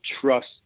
trust